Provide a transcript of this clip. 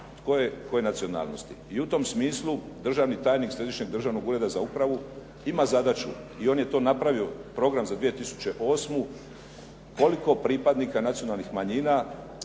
koje nacionalnosti. I u tom smislu državni tajnik Središnjeg državnog ureda za upravu ima zadaću i on je to napravio program za 2008. koliko pripadnika nacionalnih manjina